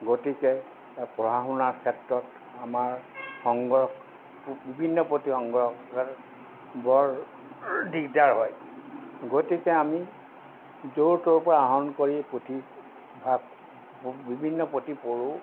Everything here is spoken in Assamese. গতিকে এই পঢ়া শুনাৰ ক্ষেত্ৰত আমাৰ সংগ্ৰহ বিভিন্ন পুথি সংগ্ৰহ কৰাত বৰ দিগদাৰ হয় গতিকে আমি য'ৰ ত'ৰপৰা আহৰণ কৰি পুথি বা বিভিন্ন পুথি পঢ়োঁ